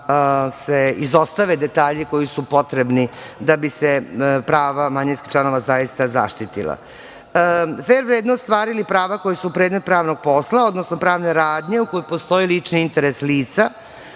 se izostave detalji koji su potrebni da bi se prava manjinskih članova zaista zaštitila. Fer vrednost stvari ili prava koji su predmet pravnog posla, odnosno pravne radnje, u kojoj postoji lični interes lica